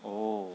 oh